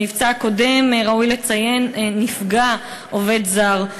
במבצע הקודם, ראוי לציין, נפגע עובד זר.